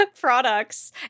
products